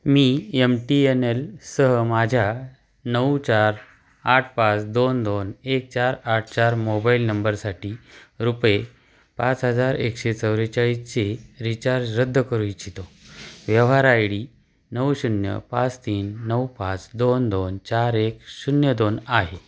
मी M T N L सह माझ्या नऊ चार आठ पाच दोन दोन एक चार आठ चार मोबाईल नंबरसाठी रुपये पाच हजार एकशे चव्वेचाळीसचे रिचार्ज रद्द करू इच्छितो व्यवहार आय डी नऊ शून्य पाच तीन नऊ पाच दोन दोन चार एक शून्य दोन आहे